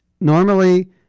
normally